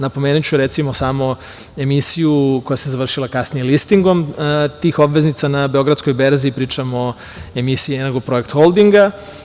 Napomenuću samo emisiju koja se završila kasnije listingom tih obveznica na Beogradskoj berzi, pričamo o emisiji Enegroprojekt holdinga.